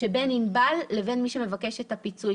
שבין ענבל לבין מי שמבקש את הפיצוי.